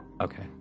okay